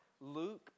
Luke